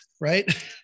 right